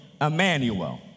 Emmanuel